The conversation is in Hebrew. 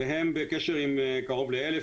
והם בקשר עם קרוב ל-1,000,